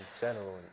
general